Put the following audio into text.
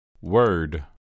Word